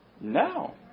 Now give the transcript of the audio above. No